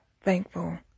thankful